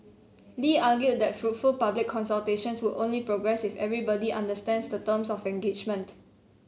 Lee argued that fruitful public consultations would only progress if everybody understands the terms of engagement